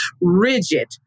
rigid